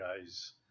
guys